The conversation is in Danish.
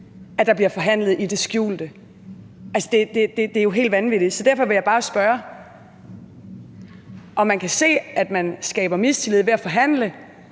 at der bliver forhandlet i det skjulte. Altså, det er jo helt vanvittigt. Derfor vil jeg bare spørge, om man kan se, at man skaber mistillid ved at forhandle,